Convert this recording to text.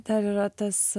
dar yra tas